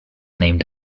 named